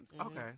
Okay